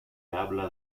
habla